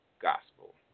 Gospel